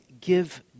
give